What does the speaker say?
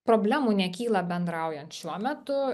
problemų nekyla bendraujant šiuo metu